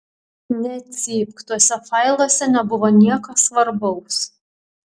necypk tuose failuose nebuvo nieko svarbaus